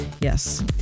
Yes